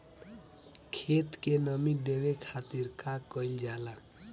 खेत के नामी देवे खातिर का कइल जाला?